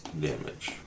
damage